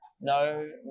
no